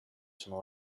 sono